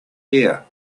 ear